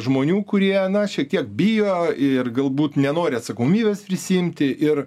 žmonių kurie na šiek tiek bijo ir galbūt nenori atsakomybės prisiimti ir